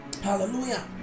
hallelujah